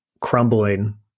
crumbling